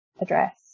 address